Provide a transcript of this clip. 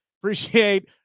appreciate